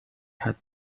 حدی